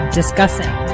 discussing